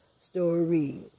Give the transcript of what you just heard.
story